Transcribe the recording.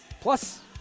Plus